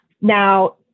Now